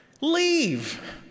Leave